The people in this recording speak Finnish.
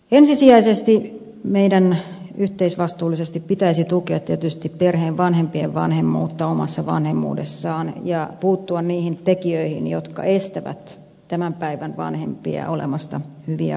ensisijaisesti meidän yhteisvastuullisesti pitäisi tukea tietysti perheen vanhempien vanhemmuutta omassa vanhemmuudessaan ja puuttua niihin tekijöihin jotka estävät tämän päivän vanhempia olemasta hyviä vanhempia